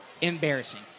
Embarrassing